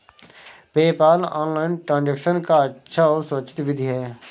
PayPal online transaction का अच्छा और सुरक्षित विधि है